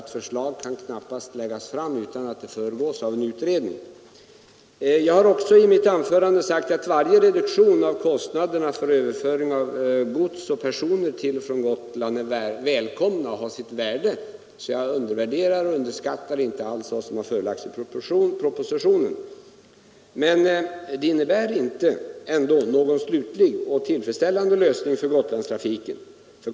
Ett förslag kan knappast läggas fram utan att det föregås av en utredning. Jag har i mitt anförande sagt att varje reduktion av kostnaderna för överföring av gods och personer mellan Gotland och fastlandet är välkommen och har sitt värde. Jag underskattar alltså inte alls propositionens förslag. Men det innebär inte någon slutlig och tillfredsställande lösning för Gotlandstrafiken.